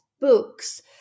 books